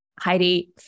Heidi